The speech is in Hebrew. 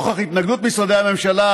נוכח התנגדות משרדי הממשלה,